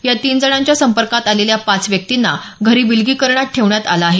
या तीन जणांच्या संपर्कात आलेल्या पाच व्यक्तींना घरी विलगीकरणात ठेवण्यात आलं आहे